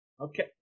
okay